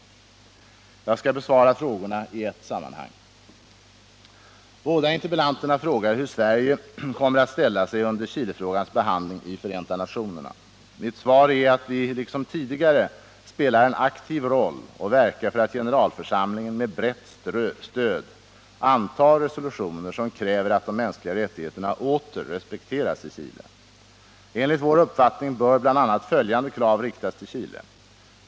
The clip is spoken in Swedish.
Jag skall besvara frågorna i ett sammanhang. Båda interpellanterna frågar hur Sverige kommer att ställa sig under Chilefrågans behandling i Förenta nationerna. Mitt svar är att vi liksom tidigare spelar en aktiv roll och verkar för att generalförsamlingen med brett stöd antar resolutioner som kräver att de mänskliga rättigheterna åter respekteras i Chile. Enligt vår uppfattning bör bl.a. följande krav riktas till Chile.